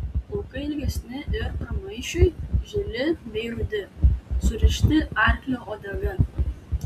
plaukai ilgesni ir pramaišiui žili bei rudi surišti arklio uodega